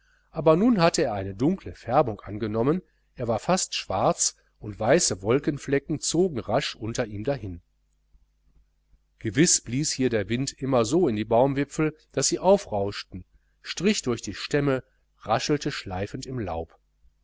aber nun hatte er eine dunkle färbung angenommen er war fast schwarz und weiße wolkenflecken zogen rasch unter ihm dahin gewiß blies hier der wind immer so in die baumwipfel daß sie aufrauschten strich durch die stämme raschelte schleifend im laub